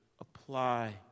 Apply